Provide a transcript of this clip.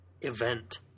event